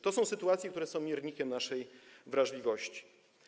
To są sytuacje, które są miernikiem naszej wrażliwości.